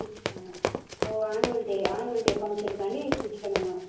stitch ப ஓ annual day annual day ஃபங்ஷனுக்காண்டி ஸ்டிச் பண்ணணும்